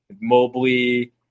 Mobley